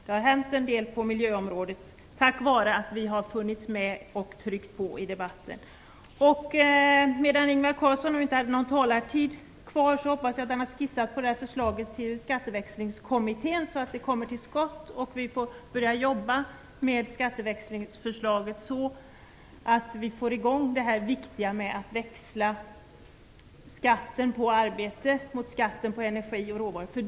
Det har hänt en del på miljöområdet, tack vare att vi har funnits med och tryckt på i debatten. Ingvar Carlsson har inte någon taletid kvar, men jag vill säga till honom att jag hoppas att han har skissat på förslaget till Skatteväxlingskommittén, så att vi kommer till skott och får börja jobba med skatteväxlingsförslaget. Vi måste få i gång den viktiga åtgärden att växla skatten på arbete mot skatt på energi och råvaror.